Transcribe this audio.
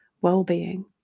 well-being